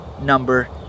number